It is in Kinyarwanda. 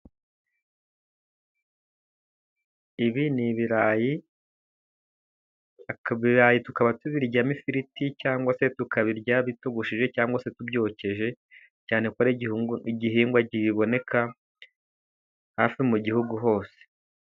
Ibi ni ibiri. ibirayi tukaba tubiryamo ifiriti cyangwa se tukabirya bitogosheje cyangwa se tubyokeje cyane ko ari'igihingwa kiboneka hafi mu gihugu hose.